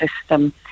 system